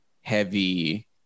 heavy